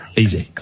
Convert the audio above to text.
Easy